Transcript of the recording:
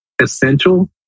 essential